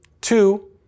Two